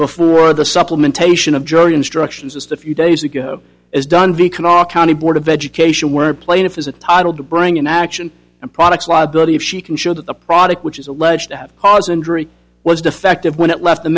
before the supplementation of jury instructions as to few days ago is done v can our county board of education where plaintiff is a title to bring an action and products liability if she can show that the product which is alleged to have cause injury was defective when it left the